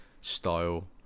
style